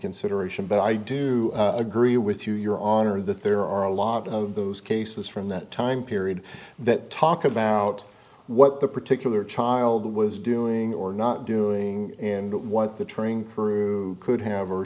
consideration but i do agree with you your honor that there are a lot of those cases from that time period that talk about what the particular child was doing or not doing and what the train crew could have or